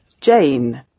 Jane